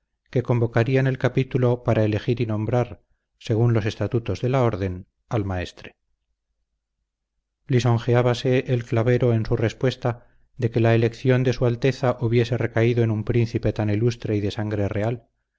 que convocarían el capítulo para elegir y nombrar según los estatutos de la orden al maestre lisonjeábase el clavero en su respuesta de que la elección de su alteza hubiese recaído en un príncipe tan ilustre y de sangre real